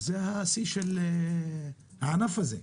זה השיא של הענף הזה,